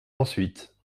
ensuite